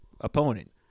opponent